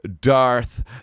Darth